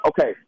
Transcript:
Okay